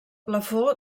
plafó